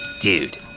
Dude